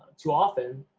too often,